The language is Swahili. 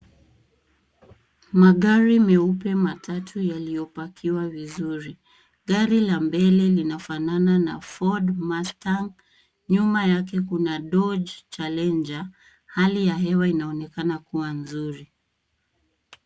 Magari meupe matatu yaliyopackiwa vizuri, gari la mbele linafanana na Ford Mustang, nyuma yake kuna Dodge Challenger. Hali ya hewa inaonekana kuwa nzuri.